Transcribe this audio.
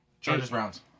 Chargers-Browns